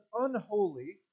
unholy